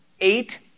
eight